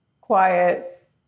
quiet